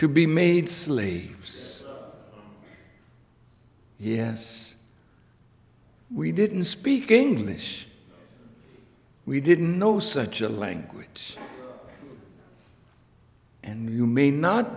to be made slaves yes we didn't speak english we didn't know such a language and you may not